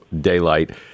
daylight